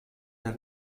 der